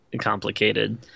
complicated